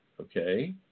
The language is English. Okay